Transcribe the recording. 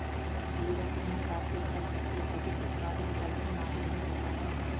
भीरत में कॉफी का सबसे अधिक उत्पादन तमिल नाडु में होता है